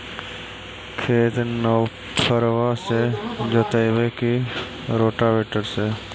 खेत नौफरबा से जोतइबै की रोटावेटर से?